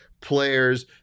players